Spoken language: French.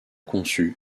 conçu